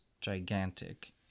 gigantic